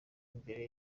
imbere